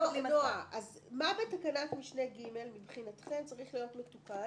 מה בתקנת משנה (ג) מבחינתכם צריך להיות מטופל